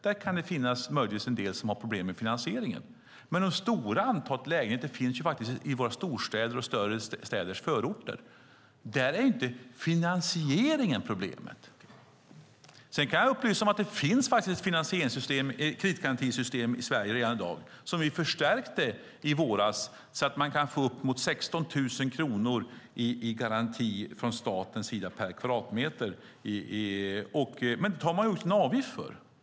Där kan det möjligtvis finnas en del som har problem med finansieringen. Det stora antalet lägenheter finns dock i våra storstäder och i större städers förorter. Där är inte finansieringen problemet. Sedan kan jag upplysa om att det faktiskt redan finns ett kreditgarantisystem i Sverige i dag, vilket vi förstärkte i våras så att man kan få uppemot 16 000 kronor per kvadratmeter i garanti från statens sida. Det tar vi dock ut en avgift för.